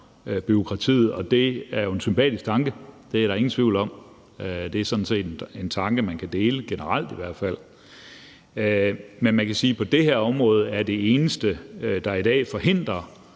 bureaukratiet. Det er jo en sympatisk tanke, det er der ingen tvivl om, og det er sådan set en tanke, man kan dele generelt i hvert fald. Man kan sige, at på det her område er det eneste, der i dag skal